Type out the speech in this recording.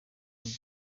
yari